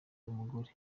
umugore